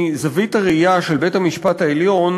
מזווית הראייה של בית-המשפט העליון,